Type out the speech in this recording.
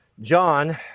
John